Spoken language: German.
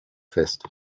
fest